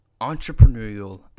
entrepreneurial